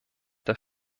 der